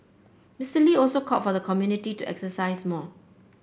Mister Lee also called for the community to exercise more